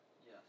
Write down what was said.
Yes